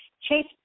Chase